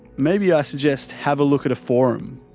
maybe i suggest have a look at a forum,